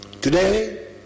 Today